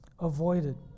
avoided